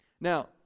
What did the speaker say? Now